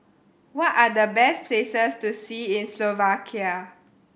what are the best places to see in Slovakia